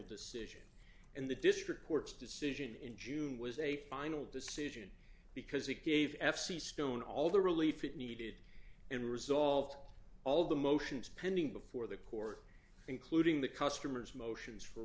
decision and the district court's decision in june was a final decision because it gave f c stone all the relief it needed and result all the motions pending before the court including the customers motions for